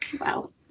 wow